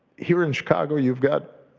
here in chicago, you've got,